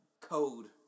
code